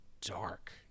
dark